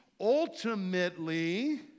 ultimately